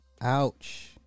ouch